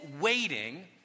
waiting